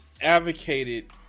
advocated